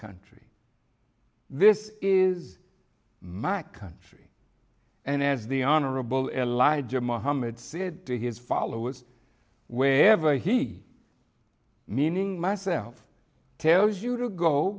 country this is my country and as the honorable elijah muhammad said to his followers wherever he meaning myself tells you to go